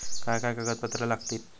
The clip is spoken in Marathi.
काय काय कागदपत्रा लागतील?